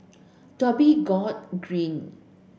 Dhoby Ghaut Green